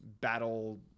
battle